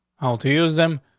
um to use them.